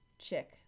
chick